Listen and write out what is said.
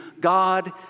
God